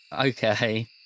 Okay